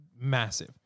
massive